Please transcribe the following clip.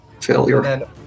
Failure